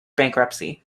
bankruptcy